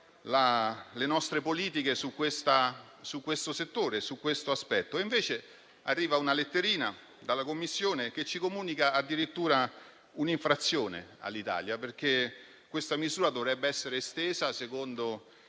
le nostre politiche su questo settore. Invece arriva una letterina dalla Commissione che comunica addirittura un'infrazione all'Italia, perché questa misura dovrebbe essere estesa, secondo